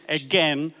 again